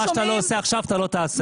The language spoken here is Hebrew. מה שאתה לא עושה עכשיו אתה לא תעשה.